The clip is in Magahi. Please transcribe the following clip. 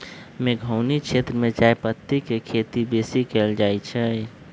मेघौनी क्षेत्र में चायपत्ति के खेती बेशी कएल जाए छै